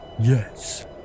Yes